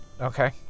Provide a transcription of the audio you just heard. Okay